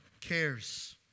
cares